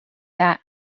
that